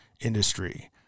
industry